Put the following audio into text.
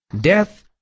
death